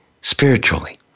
spiritually